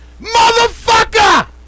Motherfucker